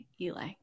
eli